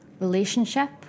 relationship